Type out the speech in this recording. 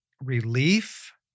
relief